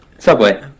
Subway